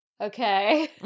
Okay